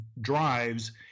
drives